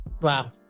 Wow